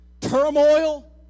turmoil